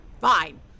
Fine